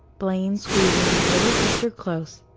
blaine squeezing his little sister close,